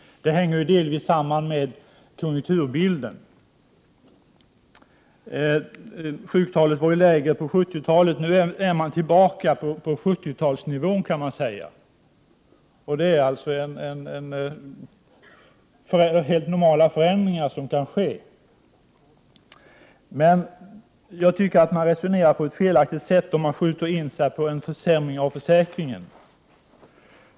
Det hänger delvis samman med konjunkturbilden. Sjuktalet var högre på 70-talet och sjönk i början av 80-talet. Nu är man tillbaka på 70-talsnivån, kan man säga. Det är helt normala förändringar som kan ske. Jag tycker att man resonerar på ett felaktigt sätt när man skjuter in sig på en försämring av försäkringen.